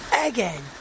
again